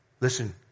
listen